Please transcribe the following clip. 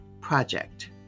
project